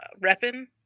reppin